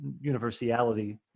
universality